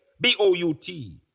b-o-u-t